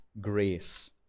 grace